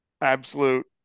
Absolute